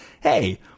Hey